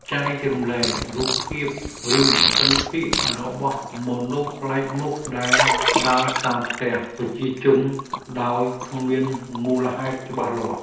ចែករំលែករូបភាពឬភិនភាគរបស់មនុស្សប្លែកមុខដែលដើរតាមផ្ទះប្រជាជនដោយគ្មានមូលហេតុច្បាស់លាស់។